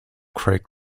craig